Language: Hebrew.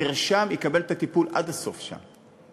נרשם, יקבל את הטיפול עד הסוף שם.